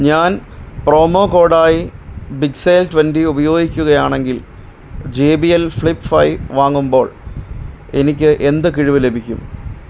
ഞാൻ promo code ആയി big sale twenty ഉപയോഗിക്കുകയാണെങ്കിൽ J B L flip five വാങ്ങുമ്പോൾ എനിക്ക് എന്ത് കിഴിവ് ലഭിക്കും